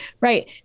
Right